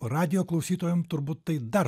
radijo klausytojam turbūt tai dar